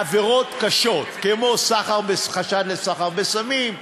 בעבירות קשות כמו חשד לסחר בסמים,